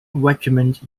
regiment